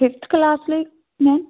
fifth class ਲਈ ma'am